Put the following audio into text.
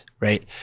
right